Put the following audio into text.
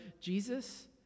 Jesus